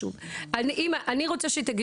האישה ולשוויון מגדרי): << יור >> אני רוצה שתגידו